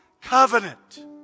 covenant